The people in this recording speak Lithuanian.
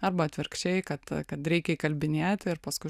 arba atvirkščiai kad kad reikia įkalbinėti ir paskui